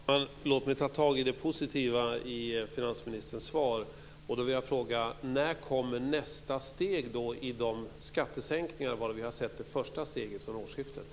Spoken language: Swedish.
Fru talman! Låt mig ta tag i det positiva i finansministerns svar och fråga: När kommer nästa steg i de skattesänkningar vars första steg trädde i kraft vid årsskiftet?